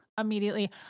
immediately